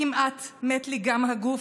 כמעט מת לי גם הגוף,